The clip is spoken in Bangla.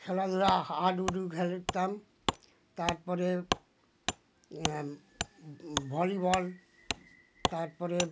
খেলাধুলা হাডুডু খেলতাম তার পরে ভলিবল তার পরে